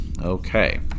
okay